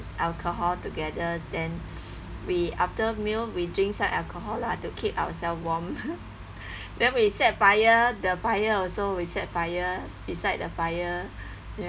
alcohol together then we after meal we drink some alcohol lah to keep ourselves warm then we set fire the fire also we set fire beside the fire